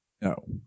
No